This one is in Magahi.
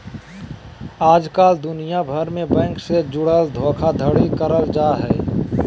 आजकल दुनिया भर मे बैंक से जुड़ल धोखाधड़ी करल जा हय